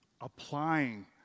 applying